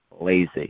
lazy